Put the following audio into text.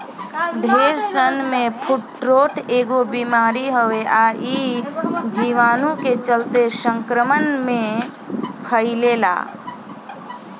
भेड़सन में फुट्रोट एगो बिमारी हवे आ इ जीवाणु के चलते संक्रमण से फइले ला